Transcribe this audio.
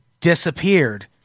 disappeared